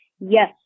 yes